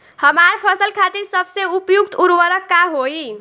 हमार फसल खातिर सबसे उपयुक्त उर्वरक का होई?